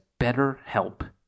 BetterHelp